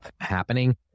happening